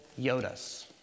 Yodas